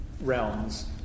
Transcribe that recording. realms